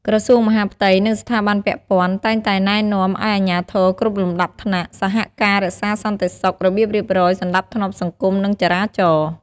ក្រសួងមហាផ្ទៃ និងស្ថាប័នពាក់ព័ន្ធ តែងតែណែនាំឱ្យអាជ្ញាធរគ្រប់លំដាប់ថ្នាក់សហការរក្សាសន្តិសុខ របៀបរៀបរយ សណ្តាប់ធ្នាប់សង្គម និងចរាចរណ៍។